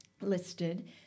listed